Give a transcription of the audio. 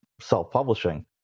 self-publishing